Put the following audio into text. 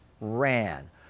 ran